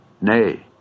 Nay